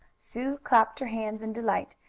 sue clapped her hands in delight,